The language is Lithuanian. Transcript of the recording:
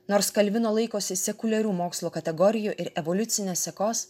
nors kalvino laikosi sekuliarių mokslo kategorijų ir evoliucinės sekos